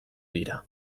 dira